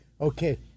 Okay